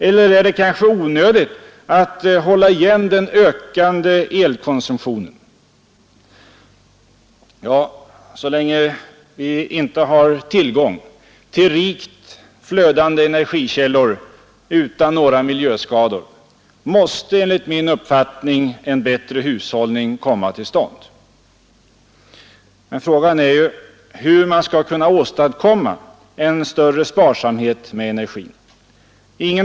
Eller är det kanske onödigt att hålla igen den ökande elkonsumtionen? Ja, så länge vi inte har tillgång till rikt flödande energikällor utan några miljöskador måste enligt min uppfattning en bättre hushållning komma till stånd. Men frågan är hur man skall kunna åstadkomma en större sparsamhet med energin.